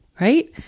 right